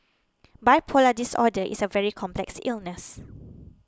bipolar disorder is a very complex illness